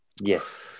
Yes